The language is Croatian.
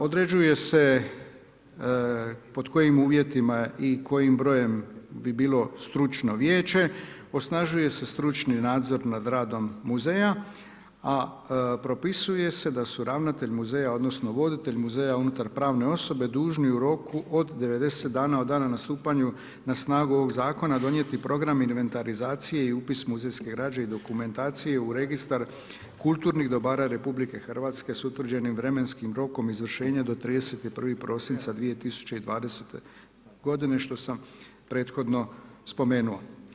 Određuje se pod kojim uvjetima i kojim brojem bi bilo stručno vijeće, osnažuje se stručni nadzor nad radom muzeja, a propisuje se da su ravnatelj muzeja, odnosno voditelj muzeja unutar pravne osobe dužni u roku od 90 dana od dana na stupanje na snagu ovog zakona donijeti Program inventarizacije i upis muzejske građe i dokumentacije u Registar kulturnih dobara RH s utvrđenim vremenskim rokom izvršenja do 31. prosinca 2020. godine, što sam prethodno spomenuo.